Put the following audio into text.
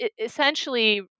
essentially